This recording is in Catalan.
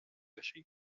així